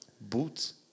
Boots